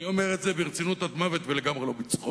אני אומר את זה ברצינות עד מוות ולגמרי לא בצחוק.